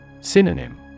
Synonym